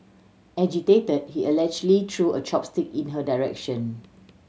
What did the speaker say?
agitated he allegedly threw a chopstick in her direction